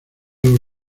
los